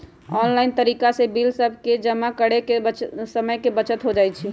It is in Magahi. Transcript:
ऑनलाइन तरिका से बिल सभके जमा करे से समय के बचत हो जाइ छइ